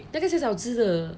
那个小小只的